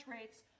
rates